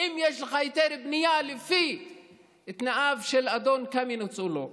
האם יש לך היתר בנייה לפי תנאיו של אדון קמיניץ או לא?